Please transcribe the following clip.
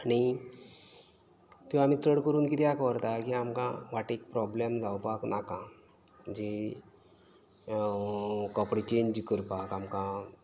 आनी त्यो आमी चड करून कित्याक व्हरता की आमकां वाटेक प्रोब्लेम जावपाक नाका जी कपडे चेंज करपाक आमकां